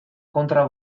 kontra